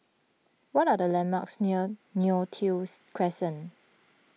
what are the landmarks near Neo Tiew Crescent